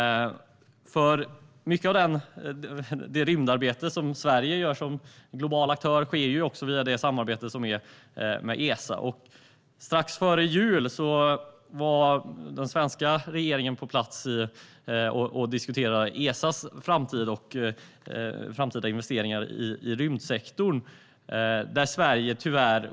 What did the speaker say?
Mycket av det rymdarbete som Sverige gör som global aktör sker via samarbetet med Esa. Strax före jul var den svenska regeringen på plats och diskuterade Esas framtid och framtida investeringar i rymdsektorn.